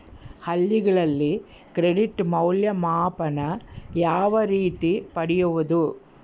ಹಳ್ಳಿಗಳಲ್ಲಿ ಕ್ರೆಡಿಟ್ ಮೌಲ್ಯಮಾಪನ ಯಾವ ರೇತಿ ಪಡೆಯುವುದು?